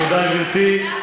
תודה, גברתי.